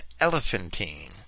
Elephantine